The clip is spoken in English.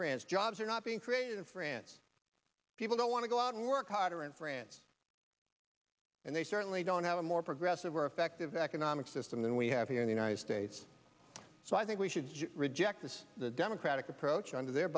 france jobs are not being created in france people don't want to go out and work harder in france and they certainly don't have a more progressive or effective economic system than we have here in the united states so i think we should reject this the democratic approach under their